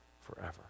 forever